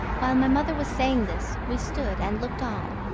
while my mother was saying this we stood and looked on.